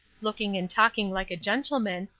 looking and talking like a gentleman,